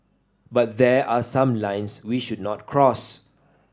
but there are some lines we should not cross